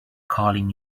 calling